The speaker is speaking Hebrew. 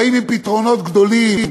באים עם פתרונות גדולים,